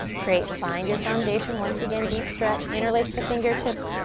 great, find your foundation. once again, deep stretch, interlace the fingertips,